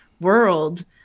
world